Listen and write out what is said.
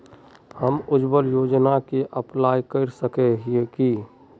हम उज्वल योजना के अप्लाई कर सके है की?